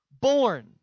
born